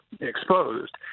exposed